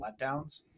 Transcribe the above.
letdowns